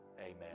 Amen